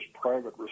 private